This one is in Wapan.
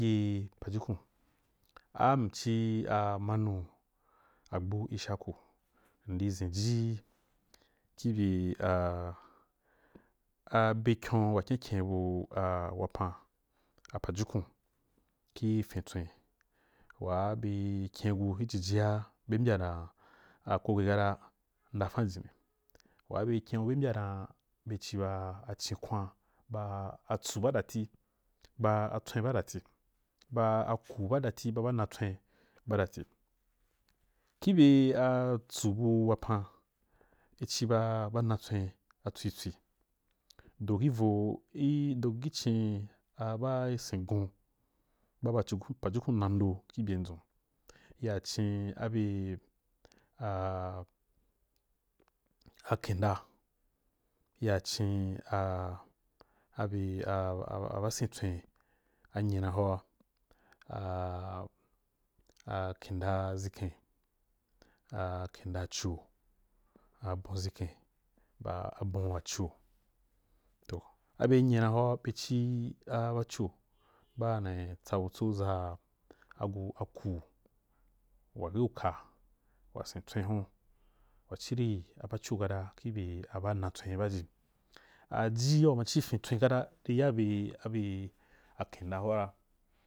Ɪ pajukum am ci a manu agbu ɪshaku m di ʒen ji ki bye abe kyon wa kyenkyen bu a wapan a pajukum kifin tswen waa be kyenku ki jijia be mbya dan a koke kata ndafam jinni waa be kyen’u be mbya dan be ciba acikwan ba atsu badati ba atswen ba dati, ba aku badati ba bana tswen badati, ki bye a tsu buu wapan i ciɓa bara tswen a tswitswi do ki vou i do ki cin a basengon ba pajukun na ndo ki bye dʒun ya cin abe kinda ya cin abe basen tswen anyina hora knida ʒiken, a kinda-acio abon ʒiken, ba abon wa cio toh abe nyina hora be ci a baco baa nayi tsa butso ʒa agu aku wagi uka wasen tswen hun, wa ciri a baco kata ki bye a bana tson’i ba ji aji wama ci fin tswen kata ri ya bye a kmɗa hora.